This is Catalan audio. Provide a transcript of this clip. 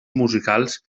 musicals